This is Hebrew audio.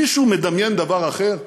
מישהו מדמיין דבר אחר?